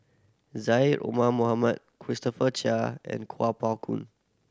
Syed Omar Mohamed Christopher Chia and Kuo Pao Kun